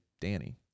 Danny